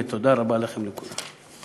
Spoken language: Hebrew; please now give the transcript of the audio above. ותודה רבה לכם, לכולם.